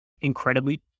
incredibly